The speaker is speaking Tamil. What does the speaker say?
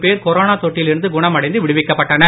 பேர்கொரோனாதொற்றில்இருந்துகுணமடைந்துவிடுவிக்கப்பட்டனர்